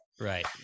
Right